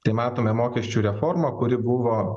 tai matome mokesčių reforma kuri buvo